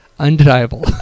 Undeniable